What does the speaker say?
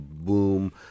boom